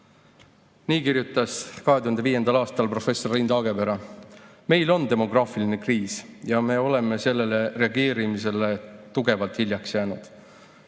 Nii kirjutas 2005. aastal professor Rein Taagepera. Meil on demograafiline kriis ja me oleme sellele reageerimisele tugevalt hiljaks jäänud.